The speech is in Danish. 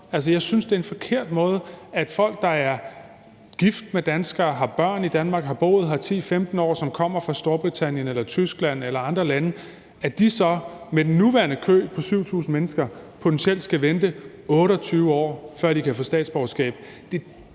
jeg synes, det er en forkert måde, at folk, der er gift med danskere, har børn i Danmark, har boet her 10-15 år, som kommer fra Storbritannien eller Tyskland eller andre lande, med den nuværende kø på 7.000 mennesker potentielt skal vente 28 år, før de kan få statsborgerskab.